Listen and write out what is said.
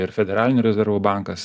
ir federalinių rezervų bankas